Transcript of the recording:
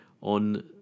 on